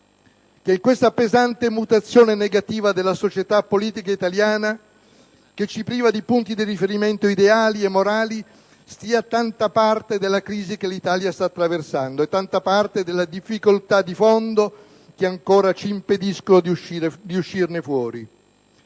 in questa pesante mutazione negativa della società politica italiana, che ci priva di punti di riferimento ideali e morali, stia tanta parte della crisi che l'Italia sta attraversando e tanta parte delle difficoltà di fondo che ancora ci impediscono di uscirne fuori.